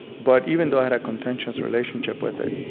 but even though i had a contentious relationship with it,